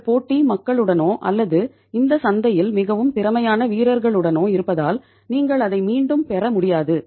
உங்கள் போட்டி மக்களுடனோ அல்லது இந்த சந்தையில் மிகவும் திறமையான வீரர்களுடனோ இருப்பதால் நீங்கள் அதை மீண்டும் பெற முடியாது